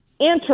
enter